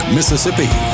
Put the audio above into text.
Mississippi